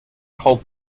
cold